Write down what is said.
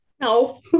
No